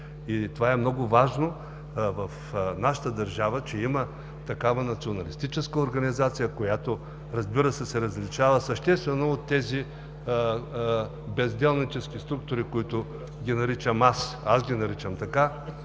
И това е много важно в нашата държава, че има такава националистическа организация, която, разбира се, се различава съществено от тези безделнически структури – аз ги наричам така,